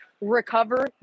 recover